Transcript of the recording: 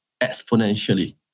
exponentially